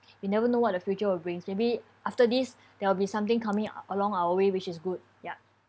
you never know what a future will bring maybe after this there will be something coming along our way which is good yup